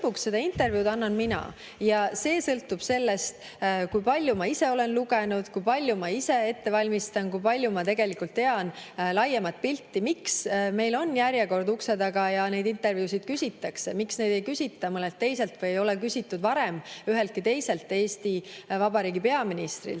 Kõik sõltub sellest, kui palju ma ise olen lugenud, kui palju ma ise ette valmistan, kui palju ma tegelikult tean laiemat pilti. Miks meil on järjekord ukse taga ja neid intervjuusid küsitakse? Miks neid ei küsita mõnelt teiselt või ei ole küsitud varem üheltki teiselt Eesti Vabariigi peaministril